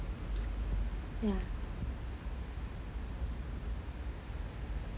yeah